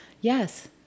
Yes